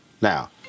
Now